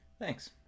Thanks